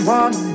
one